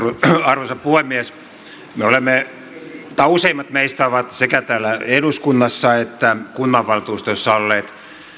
arvoisa puhemies useimmat meistä ovat sekä täällä eduskunnassa että kunnanvaltuustoissa olleet